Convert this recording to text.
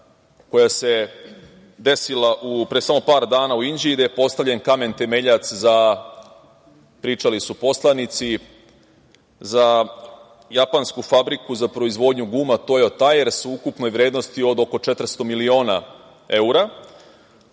koja se desila pre samo par dana u Inđiji, gde je postavljen kamen temeljac za, pričali su poslanici, japansku fabriku za proizvodnju guma "Tojo Tajers" u ukupnoj vrednosti od oko 400 miliona evra.